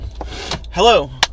Hello